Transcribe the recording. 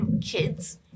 kids